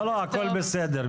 לא, הכל בסדר.